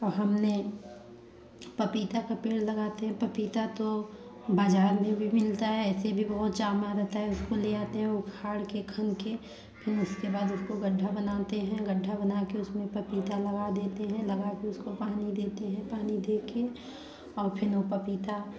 और हमने पपीता का पेड़ लगाते हैं पपीता तो बाजार में भी मिलता है ऐसे भी बहुत जमा रहता है उसको ले आते हैं वो उखाड़ के खन के फिर उसके बाद उसको गड्ढा बनाते हैं गड्ढा बना के उसमें पपीता लगा देते हैं लगा के उसको पानी देते है पानी दे के और फिर वो पपीता